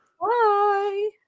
bye